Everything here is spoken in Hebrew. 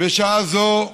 מהטילים אם יבואו עלינו,